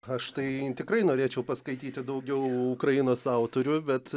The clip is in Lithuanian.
aš tai tikrai norėčiau paskaityti daugiau ukrainos autorių bet